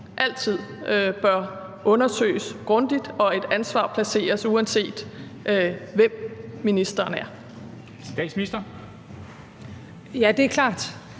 altid bør undersøges grundigt, og at et ansvar bør placeres, uanset hvem ministeren er?